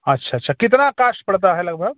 अच्छा अच्छा कितना कास्ट पड़ता है लग भग